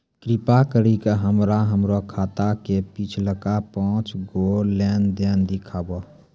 कृपा करि के हमरा हमरो खाता के पिछलका पांच गो लेन देन देखाबो